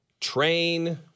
Train